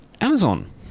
Amazon